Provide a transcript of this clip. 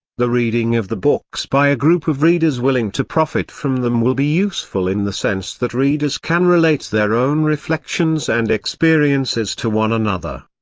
the reading of the books by a group of readers willing to profit from them will be useful in the sense that readers can relate their own reflections and experiences to one another.